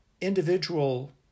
individual